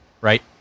Right